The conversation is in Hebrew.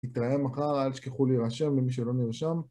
נתראה מחר, אל תשכחו להירשם למי שלא נרשם